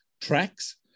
tracks